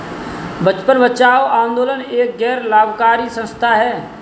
बचपन बचाओ आंदोलन एक गैर लाभकारी संस्था है